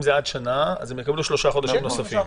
אם זה עד שנה, הם יקבלו שלושה חודשים נוספים.